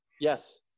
yes